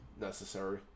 necessary